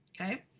okay